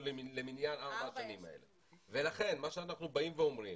למניין ארבע השנים האלה ולכן זה שאנחנו באים ואומרים,